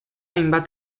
hainbat